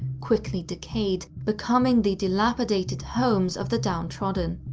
quickly decayed, becoming the dilapidated homes of the downtrodden.